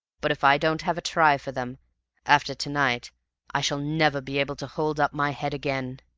but if i don't have a try for them after to-night i shall never be able to hold up my head again.